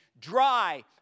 dry